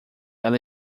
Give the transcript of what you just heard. ela